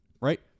Right